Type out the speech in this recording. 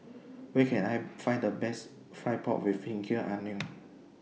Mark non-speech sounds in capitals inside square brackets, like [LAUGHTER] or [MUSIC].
Where Can I Find The Best Fried Pork with Ginger Onions [NOISE]